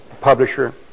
publisher